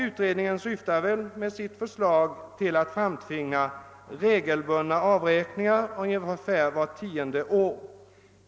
Utredningen syftade väl med sitt förslag till att framtvinga regelbundna avräkningar ungefär vart tionde år.